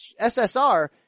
SSR